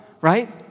right